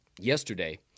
yesterday